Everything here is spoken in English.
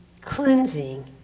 cleansing